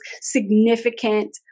significant